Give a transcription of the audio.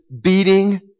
beating